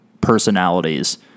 personalities